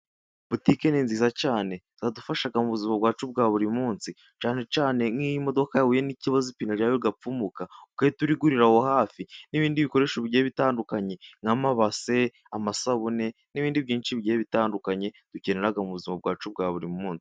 Botike ni nziza cyane ziradufasha mu buzima bwacu bwa buri munsi cyane cyane nk'iyo imodoka yahuye n'ikibazo ipine ryayo rigapfumuka ugahita urigurira aho hafi n'ibindi bikoresho bigiye bitandukanye nk'amabase, amasabune n'ibindi byinshi bigiye bitandukanye, dukenera mu buzima bwacu bwa buri munsi.